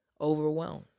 overwhelmed